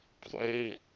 Play